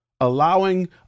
allowing